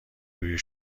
روی